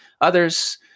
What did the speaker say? Others